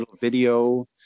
video